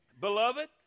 Beloved